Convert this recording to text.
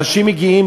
אנשים מגיעים,